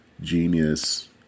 genius